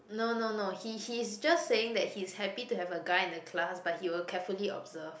no no no he he's just saying that he's happy to have a guy in the class but he will carefully observe